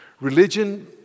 Religion